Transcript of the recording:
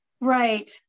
Right